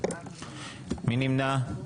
מי נמנע?